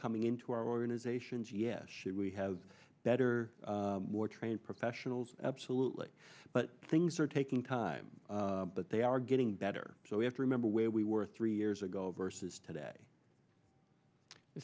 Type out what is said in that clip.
coming into our organizations yes should we have better more trained professionals absolutely but things are taking time but they are getting better so we have to remember where we were three years ago versus today